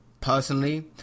personally